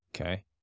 Okay